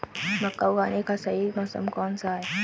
मक्का उगाने का सही मौसम कौनसा है?